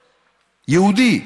יהודי,